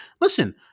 listen